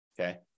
Okay